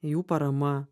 jų parama